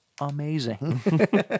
amazing